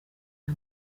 nka